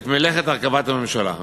את מלאכת הרכבת הממשלה.